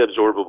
absorbable